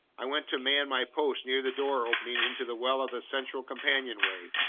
i went to man my post near the door opening into the well of the central companionway.